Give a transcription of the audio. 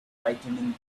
frightening